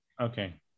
Okay